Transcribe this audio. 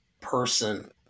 person